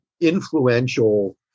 influential